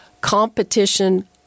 competition